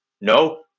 No